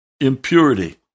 impurity